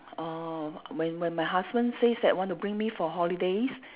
uh when when my husband says that want to bring me for holidays